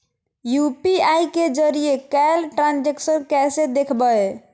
UPI के जरिए कैल ट्रांजेक्शन कैसे देखबै?